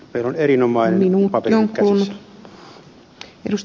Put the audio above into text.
meillä on erinomainen paperi käsissä